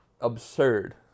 absurd